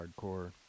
hardcore